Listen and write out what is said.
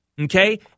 okay